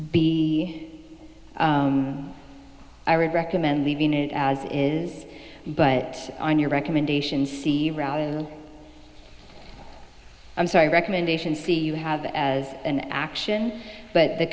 b i would recommend leaving it as is but on your recommendation see i'm sorry recommendation see you have as an action but the